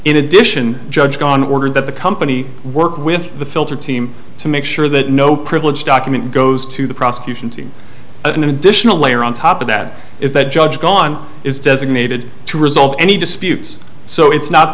in addition judge gone order that the company work with the filter team to make sure that no privileged document goes to the prosecution team an additional layer on top of that is that judge vaughn is designated to result any disputes so it's not